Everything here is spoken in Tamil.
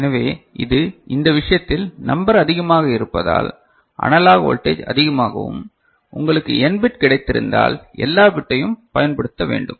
எனவே இது இந்த விஷயத்தில் நம்பர் அதிகமாக இருந்தால் அனலாக் வோல்டேஜ் அதிகமாகவும் உங்களுக்கு n பிட் கிடைத்திருந்தால் எல்லா பிட்டையும் பயன்படுத்த வேண்டும்